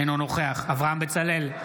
אינו נוכח אברהם בצלאל,